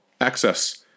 access